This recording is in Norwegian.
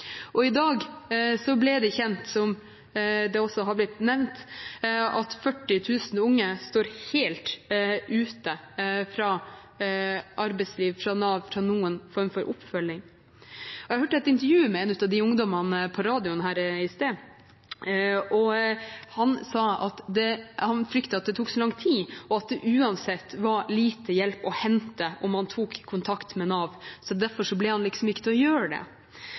det. I dag ble det kjent, som det også har blitt nevnt, at 40 000 unge er helt ute fra arbeidsliv, fra Nav, fra noen form for oppfølging. Jeg hørte et intervju med en av disse ungdommene på radioen i sted, og han sa at han fryktet at det tok så lang tid, og at det uansett var lite hjelp å hente om han tok kontakt med Nav. Derfor ble det liksom ikke til at han gjorde det.